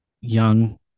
young